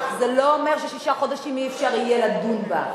אך זה לא אומר ששישה חודשים אי-אפשר יהיה לדון בה.